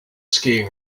skiing